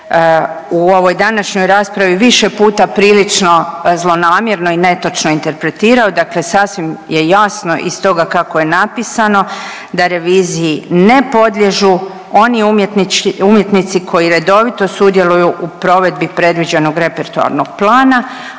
u ovoj današnjoj raspravi više puta prilično zlonamjerno i netočno interpretirao, dakle sasvim je jasno i stoga kako je napisano da reviziji ne podliježu oni umjetnički, umjetnici koji redovito sudjeluju u provedbi predviđenog repertoarnog plana,